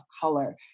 color